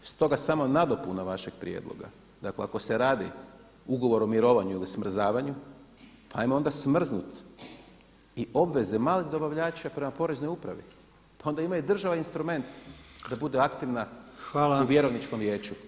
Stoga samo nadopuna vašeg prijedloga, dakle ako se radi ugovor o mirovanju ili smrzavanju pa ajmo onda smrznut i obveze malih dobavljača prema Poreznoj upravi, pa onda ima i država instrument da bude aktivna u vjerovničkom vijeću.